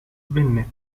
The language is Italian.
venne